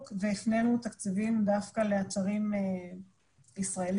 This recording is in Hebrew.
והפנינו תקציבים דווקא לאתרים ישראליים.